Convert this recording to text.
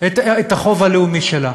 את החוב הלאומי שלה.